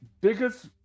biggest